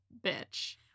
bitch